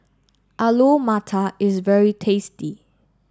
Alu Matar is very tasty